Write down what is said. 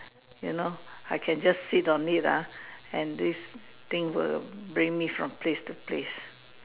you know I can just sit on it ah and this thing will bring me from place to place